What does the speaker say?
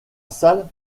salle